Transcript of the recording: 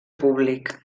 públic